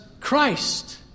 Christ